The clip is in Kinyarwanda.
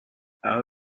aho